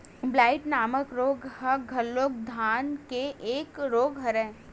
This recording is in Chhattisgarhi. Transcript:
ब्लाईट नामक रोग ह घलोक धान के एक रोग हरय